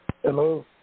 Hello